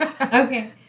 Okay